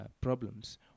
problems